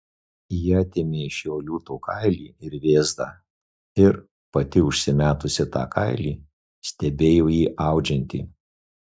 ji atėmė iš jo liūto kailį ir vėzdą ir pati užsimetusi tą kailį stebėjo jį audžiantį